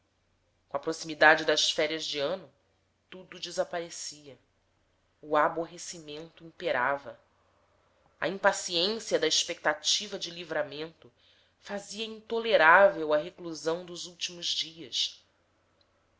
com a proximidade das férias de ano tudo desaparecia o aborrecimento imperava a impaciência da expectativa de livramento fazia intolerável a reclusão dos últimos dias